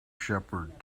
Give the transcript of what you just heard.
shepard